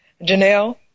Janelle